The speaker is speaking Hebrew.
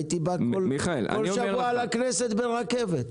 הייתי בא כל שבוע לכנסת ברכבת.